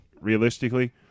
realistically